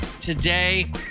today